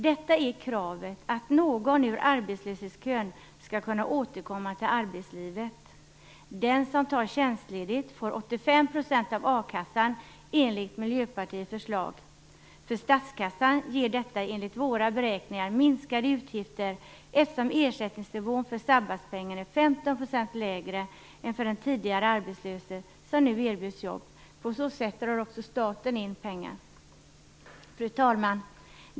Kravet är att någon ur arbetslöshetskön skall kunna återkomma till arbetslivet. Den som tar tjänstledigt får 85 % av a-kassan enligt Miljöpartiets förslag. För statskassan ger detta enligt våra beräkningar minskade utgifter, eftersom ersättningsnivån i sabbatspengen är 15 % lägre än vad den arbetslöse, som nu erbjuds jobb, tidigare har fått. På så sätt drar också staten in pengar. Fru talman!